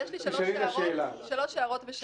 יש לי שלוש הערות ושאלה.